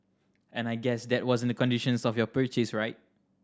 and I guess that wasn't the conditions of your purchase right